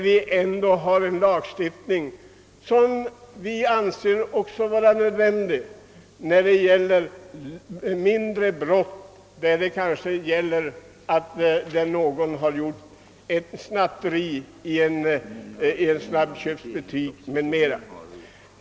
Vi anser det vara nödvändigt med en lagstiftning när det gäller betydligt mindre brott — det kanske rör sig om en person som snattat i en snabbköpsbutik eller dylikt.